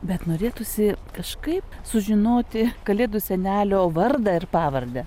bet norėtųsi kažkaip sužinoti kalėdų senelio vardą ir pavardę